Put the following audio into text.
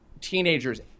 teenagers